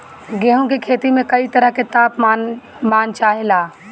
गेहू की खेती में कयी तरह के ताप मान चाहे ला